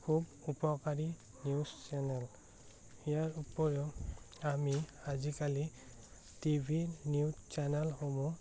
খুব উপকাৰী news channel ইয়াৰ উপৰিও আমি আজিকালি টিভি ৰ নিউজ চেনেলসমূহ